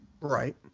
Right